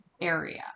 area